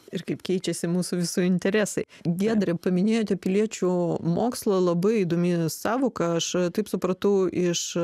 ir kaip keičiasi mūsų visų interesai giedre paminėjote piliečių mokslą labai įdomi sąvoka aš e taip supratau iš